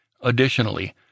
Additionally